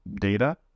data